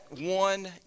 one